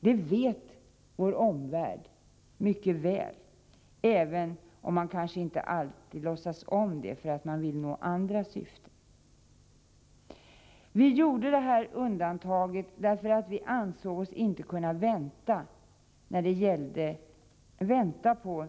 Det vet vår omvärld mycket väl, även om man kanske inte alltid låtsas om det för att man vill nå andra syften. Vi gjorde ett undantag därför att vi ansåg oss inte kunna vänta på